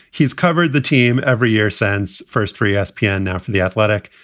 he's covered the team every year since. first for yeah espn, yeah now for the athletic.